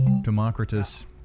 Democritus